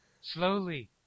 Slowly